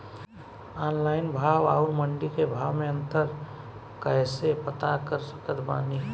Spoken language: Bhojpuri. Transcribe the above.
ऑनलाइन भाव आउर मंडी के भाव मे अंतर कैसे पता कर सकत बानी?